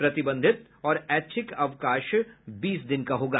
प्रतिबंधित और ऐच्छिक अवकाश बीस दिन का होगा